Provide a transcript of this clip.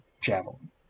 javelin